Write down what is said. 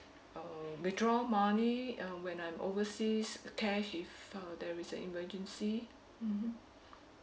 uh withdraw money um when I'm overseas cash if uh if there is an emergency mmhmm